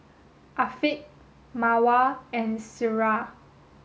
Afiq Mawar and Syirah